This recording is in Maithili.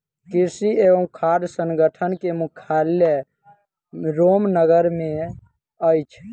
कृषि एवं खाद्य संगठन के मुख्यालय रोम नगर मे अछि